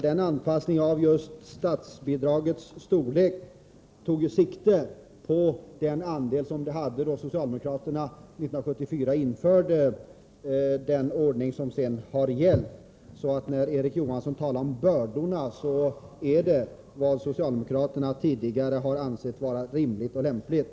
Den anpassning som skedde av statsbidragets storlek tog sikte på den storlek det hade då socialdemokraterna 1974 införde den ordning som sedan kom att gälla. När Erik Johansson talar om bördor är det alltså fråga om något som socialdemokraterna tidigare ansett vara rimligt och lämpligt.